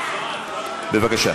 בבקשה.